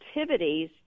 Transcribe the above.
activities